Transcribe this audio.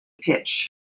pitch